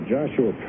Joshua